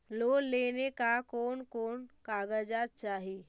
Loan लेने ला कोन कोन कागजात चाही?